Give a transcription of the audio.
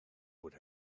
would